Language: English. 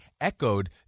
echoed